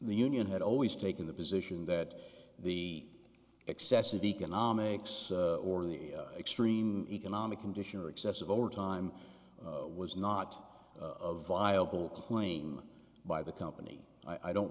the union had always taken the position that the excessive economics or the extreme economic conditions or excessive overtime was not of viable claim by the company i don't